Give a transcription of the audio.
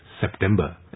September